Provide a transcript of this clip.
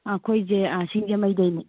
ꯑꯩꯈꯣꯏꯁꯦ ꯁꯤꯡꯖꯃꯩꯗꯩꯅꯦ